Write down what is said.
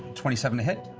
twenty seven to hit.